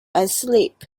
asleep